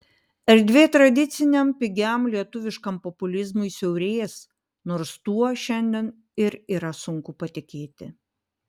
erdvė tradiciniam pigiam lietuviškam populizmui siaurės nors tuo šiandien ir yra sunku patikėti